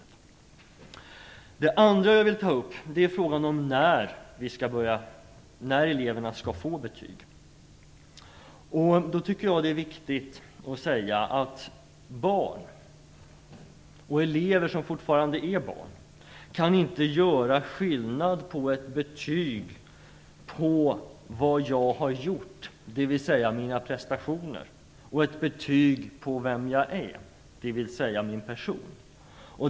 För det andra: Det gäller frågan om när eleverna skall få betyg. Jag tycker att det är viktigt att säga att ett barn, en elev som fortfarande är ett barn, inte kan göra skillnad på ett betyg på vad han har gjort, dvs. hans prestationer, och ett betyg på vem han är, dvs. hans person.